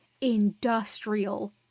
industrial